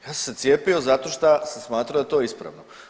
Ja sam se cijepio zato šta sam smatrao da je to ispravno.